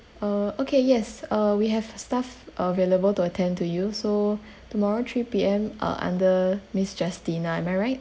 uh okay yes uh we have staff available to attend to you so tomorrow three P_M uh under miss justina am I right